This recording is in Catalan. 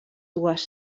dues